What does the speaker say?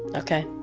ok.